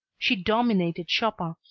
she dominated chopin,